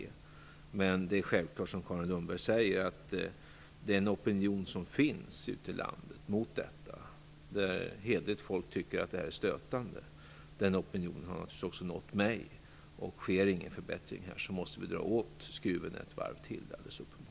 Som Carin Lundberg säger är det självklart att signalerna från den opinion som finns mot detta ute i landet där hederligt folk tycker att det här är stötande har nått mig. Om ingen förbättring sker måste vi dra åt skruven ett varv till. Det är helt uppenbart.